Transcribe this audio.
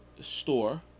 store